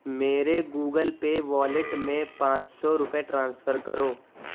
میرے Google Pay wallet میں پانچ سو روپے ٹرانسفر کرو